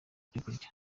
ibyokurya